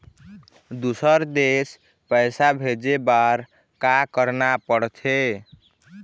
दुसर देश पैसा भेजे बार का करना पड़ते?